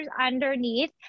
underneath